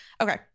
Okay